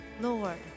Lord